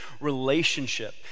relationship